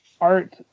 art